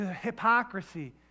hypocrisy